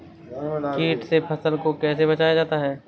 कीट से फसल को कैसे बचाया जाता हैं?